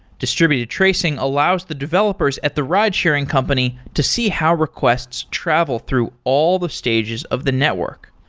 distributed tracing allows the developers at the ridesharing company to see how requests travel through all the stages of the network.